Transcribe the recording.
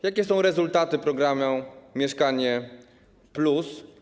Jakie są rezultaty programu „Mieszkanie+”